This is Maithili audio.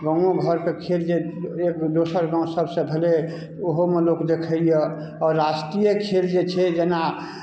गाँवो घरके खेल जे एक दोसर गाँव सभसँ भेलै ओहोमे लोक देखैए आ राष्ट्रीय खेल जे छै जेना